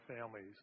families